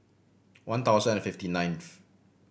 one thousand and fifty ninth